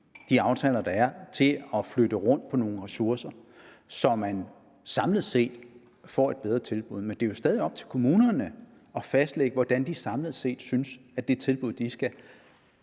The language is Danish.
de aftaler, der er, til at flytte rundt på nogle ressourcer, så man samlet set får et bedre tilbud. Men det er jo stadig op til kommunerne at fastlægge, hvordan de samlet set synes at det tilbud, de skal